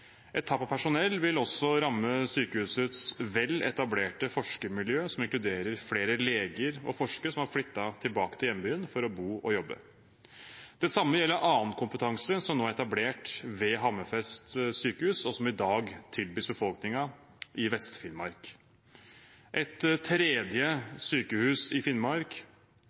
Et tap av personell vil også ramme sykehusets vel etablerte forskermiljø, som inkluderer flere leger og forskere som har flyttet tilbake til hjembyen for å bo og jobbe. Det samme gjelder annen kompetanse som nå er etablert ved Hammerfest sykehus, og som i dag tilbys befolkningen i Vest-Finnmark. Et tredje sykehus i Finnmark